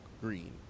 green